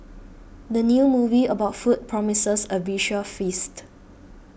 the new movie about food promises a visual feast